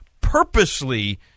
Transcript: purposely